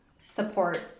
support